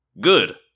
Good